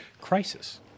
crisis